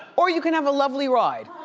or you can have a lovely ride.